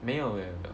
没有 eh